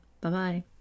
Bye-bye